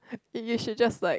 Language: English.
you should just like